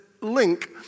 link